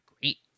great